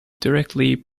directly